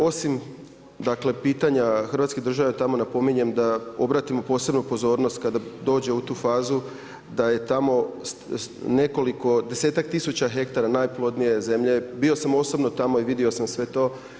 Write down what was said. Osim dakle, pitanje Hrvatske države, tamo napominjem, da obratimo posebnu pozornost, kada dođe u tu fazu, da je tamo, nekoliko 10-tak tisuća hektara najplodnije zemlje, bio sam osobno tamo i vidio sam sve to.